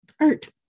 art